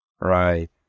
Right